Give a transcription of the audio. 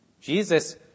Jesus